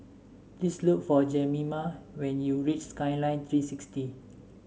please look for Jemima when you reach Skyline Three sixty